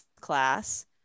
class